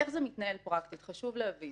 חשוב להבין